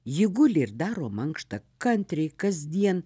ji guli ir daro mankštą kantriai kasdien